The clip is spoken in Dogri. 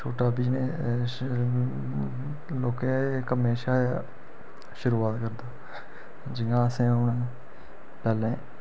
छोटा बिजनस लोह्के कम्मै शा शुरुआत करदा जियां असें हून पैह्लें